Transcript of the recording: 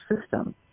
system